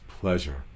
pleasure